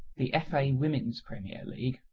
the fa women's premier league,